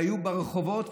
והיו ברחובות.